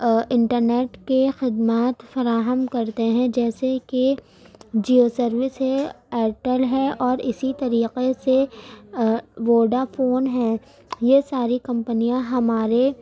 internet کے خدمات فراہم کرتے ہیں جیسے کہ جیو سروس ہے ایئرٹیل ہے اور اسی طریقے سے ووڈافون ہیں یہ سارے کمپنیاں ہمارے